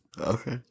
okay